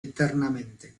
eternamente